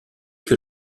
que